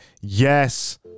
Yes